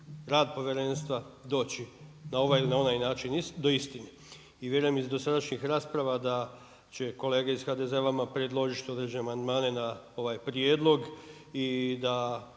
rad povjerenstva doći na ovaj ili onaj način do istine. I vjerujem iz dosadašnjih rasprava da će kolege iz HDZ-a vama predložiti određene amandmane na ovaj prijedlog i da